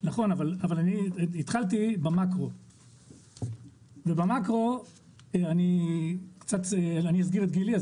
אבל אני התחלתי במאקרו ובמאקרו אני קצת אסגיר את גילי אז